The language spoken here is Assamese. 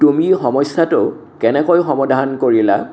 তুমি সমস্যাটো কেনেকৈ সমাধান কৰিলা